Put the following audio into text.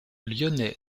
lyonnais